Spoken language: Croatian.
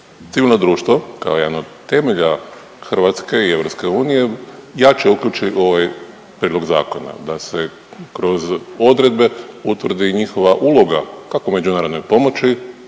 civilno društvo kao jedno od temelja Hrvatske i EU jače uključi u ovaj prijedlog zakona, da se kroz odredbe utvrdi i njihova uloga kako u međunarodnoj pomoći